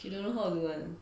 she don't know how to do [one]